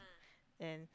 and